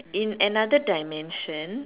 in another dimension